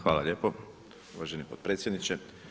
Hvala lijepo uvaženi potpredsjedniče.